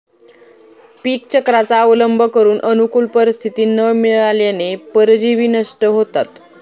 पीकचक्राचा अवलंब करून अनुकूल परिस्थिती न मिळाल्याने परजीवी नष्ट होतात